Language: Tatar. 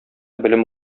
белем